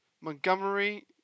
Montgomery